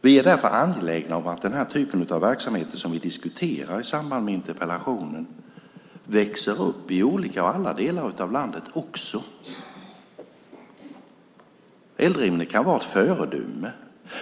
Vi är därför angelägna om att den typ av verksamheter som vi diskuterar i samband med interpellationen växer upp i alla delar av landet. Eldrimner kan vara ett föredöme.